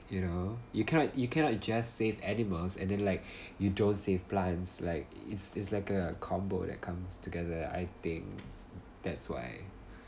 you know you cannot you cannot just save animals and then like you don't save plants like it's it's like a combo that comes together I think that's why